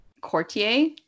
courtier